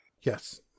Yes